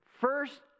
First